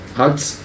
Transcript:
hugs